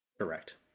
Correct